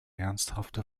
ernsthafte